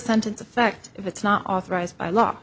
sentence effect if it's not authorized by law